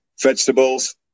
vegetables